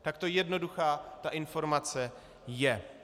Takto jednoduchá ta informace je.